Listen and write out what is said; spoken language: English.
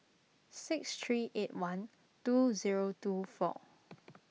six three eight one two zero two four